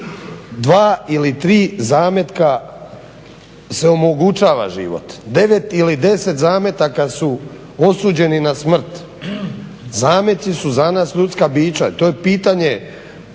dva ili tri zametka se omogućava život, 9 ili 10 zametaka su osuđeni na smrt. Zameci su za nas ljudska bića i to je pitanje